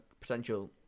potential